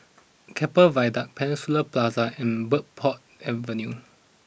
Keppel Viaduct Peninsula Plaza and Bridport Avenue